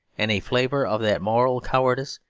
any flavour of that moral cowardice,